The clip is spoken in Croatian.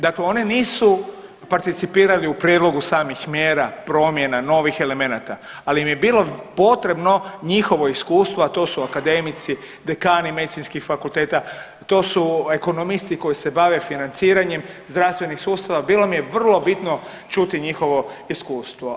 Dakle, one nisu participirati u prijedlogu samih mjera promjena novih elemenata, ali mi je bilo potrebno njihovo iskustvo, a to su akademici, dekani medicinskih fakulteta, to su ekonomisti koji se bave financiranjem zdravstvenih sustava bilo mi je vrlo bitno čuti njihovo iskustvo.